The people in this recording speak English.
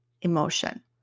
emotion